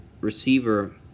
Receiver